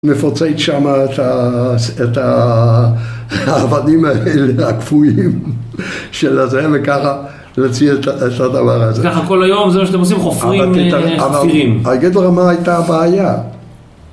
מפורסמת שמה את העבדים האלה, הכפויים של זה וככה להציע את הדבר הזה. ככה כל היום? זה מה שאתם עושים? חופרים חופרים? אגיד לך מה הייתה הבעיה?